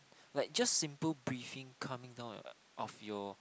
like just simple breathing calming down of your